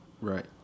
Right